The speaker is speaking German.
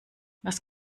was